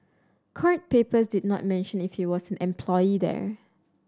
court papers did not mention if he was an employee there